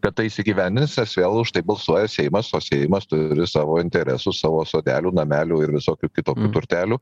kad tai įsigyvendins nes vėl už tai balsuoja seimas o seimas turi savo interesų savo sodelių namelių ir visokių kitokių turtelių